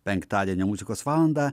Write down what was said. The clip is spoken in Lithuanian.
penktadienio muzikos valanda